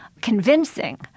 convincing